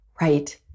right